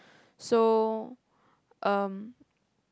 so um